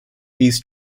east